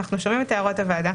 אנחנו שומעים את הערות הוועדה,